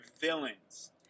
villains